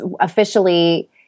officially